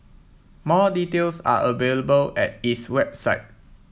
more details are available at its website